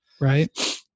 Right